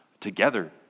together